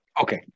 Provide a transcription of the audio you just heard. Okay